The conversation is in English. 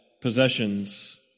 possessions